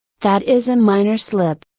that is a minor slip.